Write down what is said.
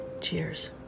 Cheers